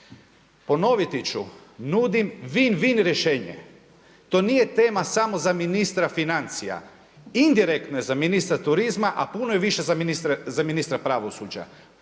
Ponoviti ću nudim win-win rješenje. To nije tema samo za ministra financija, indirektno je za ministra turizma a puno je više za ministra pravosuđa.